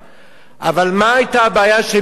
אבל מה היתה הבעיה של בלעם?